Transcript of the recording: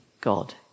God